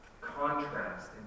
contrast